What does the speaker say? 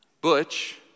Butch